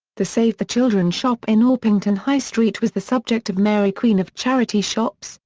the save the children shop in orpington high street was the subject of mary queen of charity shops,